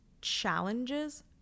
challenges